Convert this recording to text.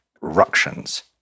ructions